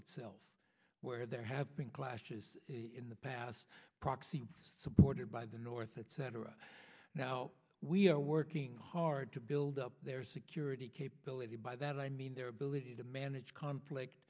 itself where there have been clashes in the past proxy supported by the north etc now we are working hard to build up their security capability by that i mean their ability to manage conflict